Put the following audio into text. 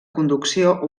conducció